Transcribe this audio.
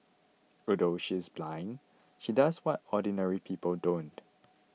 although she is blind she does what ordinary people don't